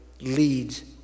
leads